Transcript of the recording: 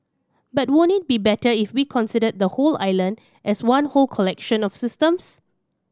but won't it be better if we consider the whole island as one whole collection of systems